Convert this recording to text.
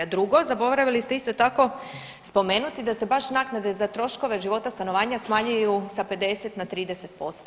Drugo, zaboravili ste isto tako spomenuti da se baš naknade za troškove života stanovanja smanjuju sa 50 na 30%